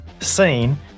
seen